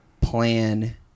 plan